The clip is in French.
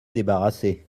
débarrassée